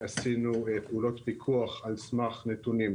עשינו פעולות פיקוח על סמך נתונים,